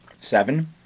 seven